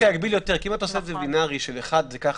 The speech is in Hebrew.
יגביל יותר כי אם אתה עושה את זה בינארי של 1 זה ככה,